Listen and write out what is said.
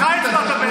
בשמחה, שלמה, נכון?